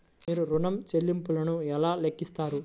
మీరు ఋణ ల్లింపులను ఎలా లెక్కిస్తారు?